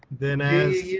then, as